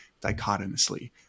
dichotomously